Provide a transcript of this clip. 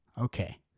Okay